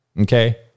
Okay